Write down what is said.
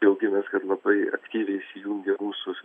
džiaugiamės kad labai aktyviai įsijungė ir mūsų